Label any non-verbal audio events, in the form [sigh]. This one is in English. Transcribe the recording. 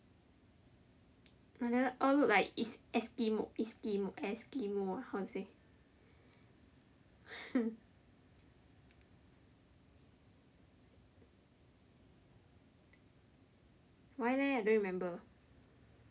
I never they all look like is~ eskim~ iskimo~ eskimo~ ah how to say [laughs] why leh I don't remember